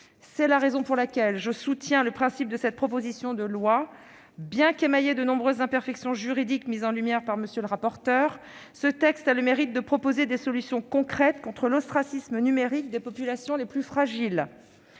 C'est la raison pour laquelle je soutiens le principe de la présente proposition de loi. Bien qu'émaillé de nombreuses imperfections juridiques mises en lumière par M. le rapporteur, ce texte a le mérite de proposer des solutions concrètes contre l'ostracisme numérique des populations les plus fragiles.